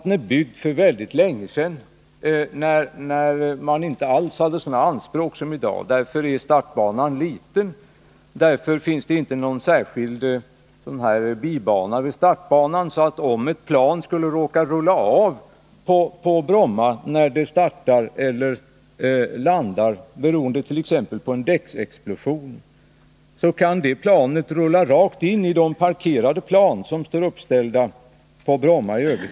Den är byggd för väldigt länge sedan, när man inte alls ställde sådana anspråk som i dag. Därför är startbanan liten. Därför finns det inte någon särskild bibana vid startbanan. Det gör att om ett plan beroende på t.ex. en däcksexplosion skulle råka rulla av när det startar eller landar, så kan det planet rulla rakt in i de parkerade plan som står uppställda på Bromma.